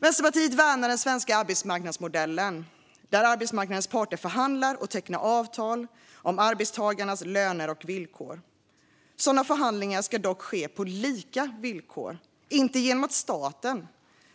Vänsterpartiet värnar den svenska arbetsmarknadsmodellen, där arbetsmarknadens parter förhandlar och tecknar avtal om arbetstagarnas löner och villkor. Sådana förhandlingar ska dock ske på lika villkor, inte genom att staten